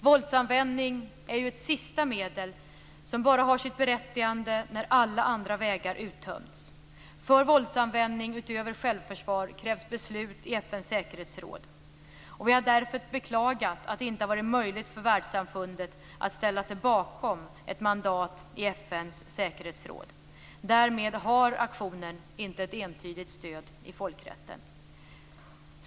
Våldsanvändning är ju ett sista medel som bara har sitt berättigande när alla andra vägar uttömts. För våldsanvändning utöver självförsvar krävs det beslut i FN:s säkerhetsråd. Vi har därför beklagat att det inte har varit möjligt för världssamfundet att ställa sig bakom ett mandat i FN:s säkerhetsråd. Därmed har aktionen inte ett entydigt stöd i folkrätten.